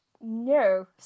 no